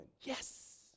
Yes